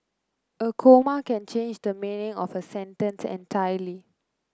a comma can change the meaning of a sentence entirely